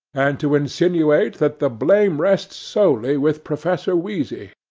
and to insinuate that the blame rests solely with professor wheezy.